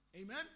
Amen